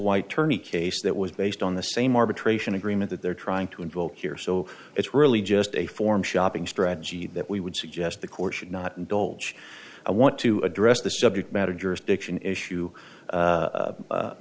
white tourney case that was based on the same arbitration agreement that they're trying to invoke here so it's really just a form shopping strategy that we would suggest the court should not indulge i want to address the subject matter jurisdiction issue